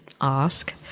ask